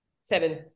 seven